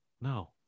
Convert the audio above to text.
No